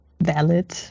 valid